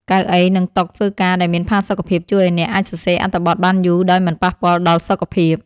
កៅអី និងតុធ្វើការដែលមានផាសុកភាព ជួយឱ្យអ្នកអាចសរសេរអត្ថបទបានយូរដោយមិនប៉ះពាល់ដល់សុខភាព។